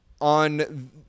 on